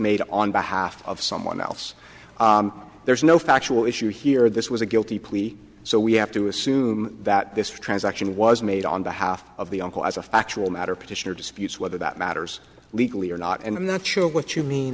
made on behalf of someone else there's no factual issue here this was a guilty plea so we have to assume that this transaction was made on behalf of the uncle as a factual matter petitioner disputes whether that matters legally or not and i'm not sure what you mean